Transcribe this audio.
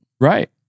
Right